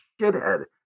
shithead